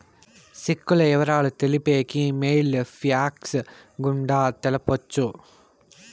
సెక్కుల ఇవరాలు తెలిపేకి మెయిల్ ఫ్యాక్స్ గుండా తెలపొచ్చు